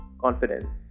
confidence